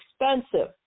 expensive